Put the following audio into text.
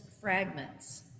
fragments